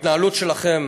ההתנהלות שלכם